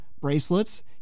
bracelets